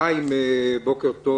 חיים ביבס, בוקר טוב.